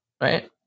Right